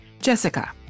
Jessica